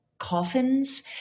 coffins